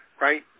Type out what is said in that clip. Right